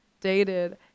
dated